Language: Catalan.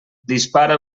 dispara